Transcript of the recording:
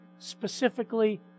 Specifically